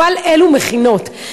אבל אלו מכינות,